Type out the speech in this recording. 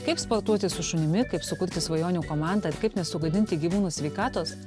kaip sportuoti su šunimi kaip sukurti svajonių komandą ir kaip nesugadinti gyvūnų sveikatos